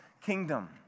kingdom